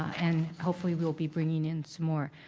and hopefully we'll be bringing in some more.